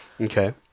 Okay